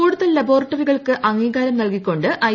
കൂടുതൽ ല്യബ്ബോറട്ടറികൾക്ക് അംഗീകാരം നൽകിക്കൊണ്ട് ഐ